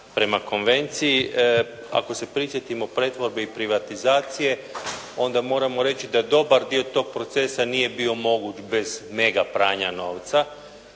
prema konvenciji. Ako se prisjetimo pretvorbi i privatizacije, onda moramo reći da dobar dio tog procesa nije bio moguć bez megapranja novca.